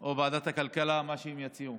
או ועדת הכלכלה, מה שיציעו.